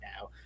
now